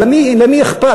אבל למי אכפת?